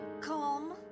Calm